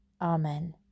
Amen